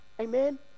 Amen